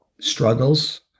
struggles